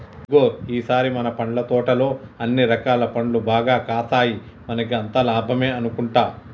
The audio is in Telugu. ఇగో ఈ సారి మన పండ్ల తోటలో అన్ని రకాల పండ్లు బాగా కాసాయి మనకి అంతా లాభమే అనుకుంటా